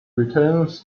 returns